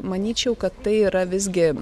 manyčiau kad tai yra visgi